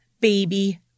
baby